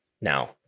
now